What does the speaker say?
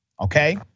okay